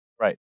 Right